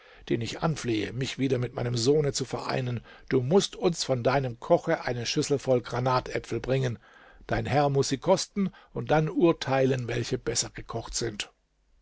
den ich anflehe mich wieder mit meinem sohne zu vereinen du mußt uns von deinem koche eine schüssel voll granatäpfel bringen dein herr muß sie kosten und dann urteilen welche besser gekocht sind